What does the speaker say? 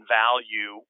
value